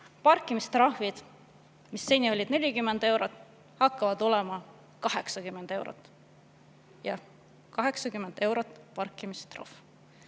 Parkimistrahvid, mis seni olid 40 eurot, hakkavad olema 80 eurot. Jah, 80 eurot parkimistrahv!